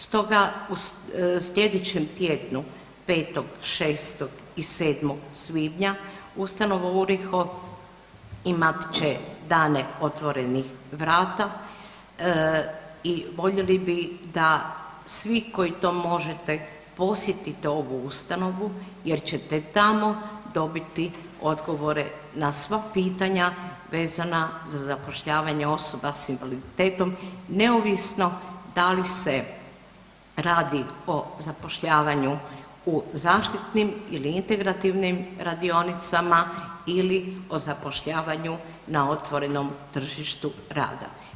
Stoga u slijedećem tjednu, 5., 6. i 7. svibnja, ustanova URIHO imat će dane otvorenih vrata i voljeli bi da svi koji to možete, posjetite ovu ustanovu jer ćete tamo dobiti odgovore na sva pitanja vezana za zapošljavanje osoba s invaliditetom neovisno da li se radi o zapošljavanju u zaštitnim ili integrativnim radionicama ili o zapošljavanju na otvorenom tržištu rada.